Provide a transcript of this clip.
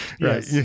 Right